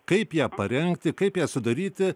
kaip ją parengti kaip ją sudaryti